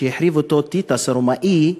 שהחריב אותו טיטוס הרומאי,